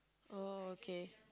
oh okay